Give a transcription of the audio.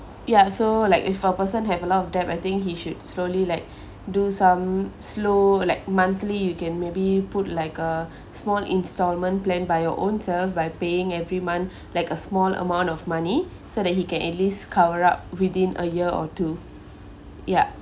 ya so like if a person have a lot of debt I think he should slowly like do some slow like monthly you can maybe put like a small instalment plan by your own self by paying every month like a small amount of money so that he can at least cover up within a year or two ya